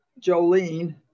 Jolene